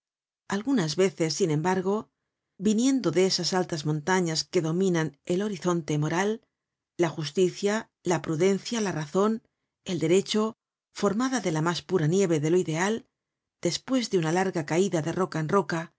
algunas veces sin embargo viniendo de esas altas montañas que dominan el horizonte moral la justicia la prudencia la razon el derecho formada de la mas pura nieve de lo ideal despues de una larga caida de